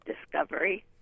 discovery